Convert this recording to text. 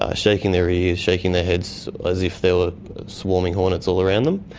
ah shaking their ears, shaking their heads, as if there were swarming hornets all around them.